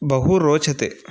बहु रोचते